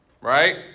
Right